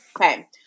Okay